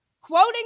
quoting